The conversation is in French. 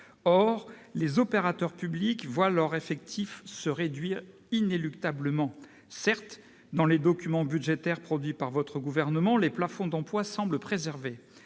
Or les opérateurs publics voient leurs effectifs se réduire inéluctablement. Certes, dans les documents budgétaires produits par le Gouvernement, les plafonds d'emplois semblent préservés,